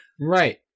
Right